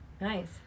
nice